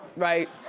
right?